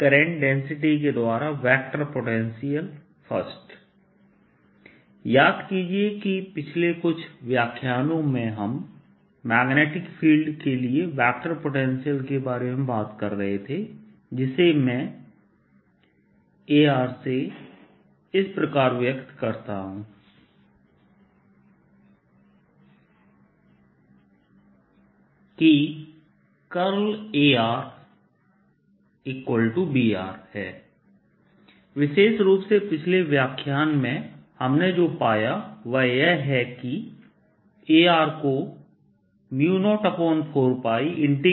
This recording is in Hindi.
करंट डेंसिटी के द्वारा वेक्टर पोटेंशियल I याद कीजिए कि पिछले कुछ व्याख्यानों में हम मैग्नेटिक फील्ड के लिए वेक्टर पोटेंशियल के बारे में बात कर रहे थे जिसे मैं A से इस प्रकार व्यक्त करता हूं कि ArBहै विशेष रूप से पिछले व्याख्यान में हमने जो पाया वह यह है कि Ar को 04πjr